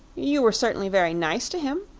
you were certainly very nice to him.